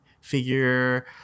figure